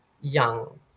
young